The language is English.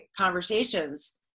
conversations